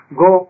go